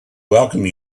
welcome